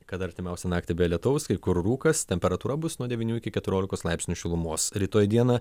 kad artimiausią naktį be lietaus kai kur rūkas temperatūra bus nuo devynių iki keturiolikos laipsnių šilumos rytoj dieną